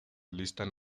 listan